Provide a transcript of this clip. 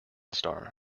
star